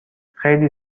خیلی